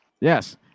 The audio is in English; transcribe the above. yes